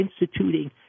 instituting